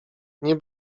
nie